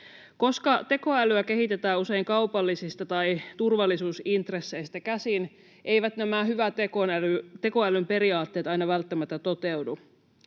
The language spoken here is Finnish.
Koska tekoälyä kehitetään usein kaupallisista tai turvallisuusintresseistä käsin, eivät nämä hyvän tekoälyn periaatteet aina välttämättä toteudu.